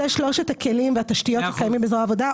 זה שלושת הכלים והתשתיות הקיימים בזרוע העבודה.